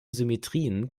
symmetrien